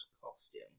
costume